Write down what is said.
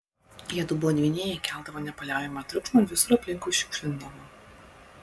jiedu buvo dvyniai keldavo nepaliaujamą triukšmą ir visur aplinkui šiukšlindavo